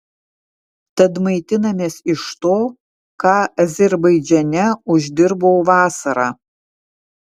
tad maitinamės iš to ką azerbaidžane uždirbau vasarą